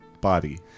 body